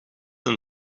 een